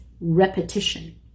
repetition